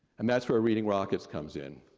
and that's where reading rockets comes in.